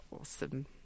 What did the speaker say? awesome